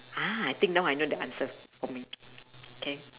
ah I think now I know the answer for me K